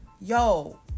yo